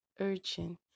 urgent